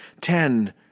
Ten